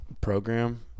program